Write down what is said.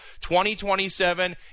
2027